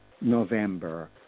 November